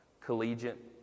collegiate